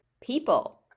people